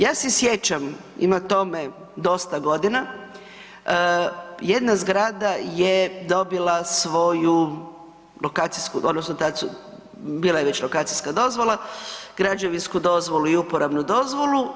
Ja se sjećam, ima tome dosta godina, jedna zgrada je dobila svoju lokacijsku, odnosno tad su, bila je već lokacijska dozvola, građevinsku dozvolu i uporabnu dozvolu.